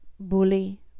bully